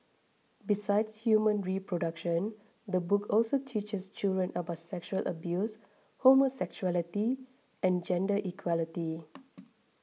besides human reproduction the book also teaches children about sexual abuse homosexuality and gender equality